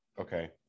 Okay